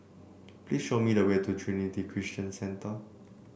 please show me the way to Trinity Christian Centre